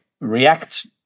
React